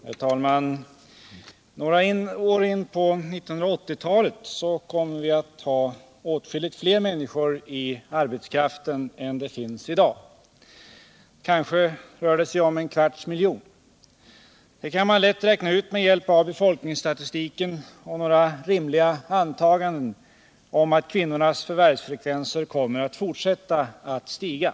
Herr talman! Några år in på 1980-talet kommer vi att ha åtskilligt fler människor i arbetskraften än det finns i dag — kanske rör det sig om 1/4 miljon. Det kan man lätt räkna ut med hjälp av befolkningsstatistiken och med några rimliga antaganden om att kvinnornas förvärvsfrekvens kommer att fortsätta att stiga.